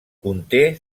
conté